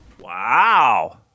Wow